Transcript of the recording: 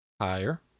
Higher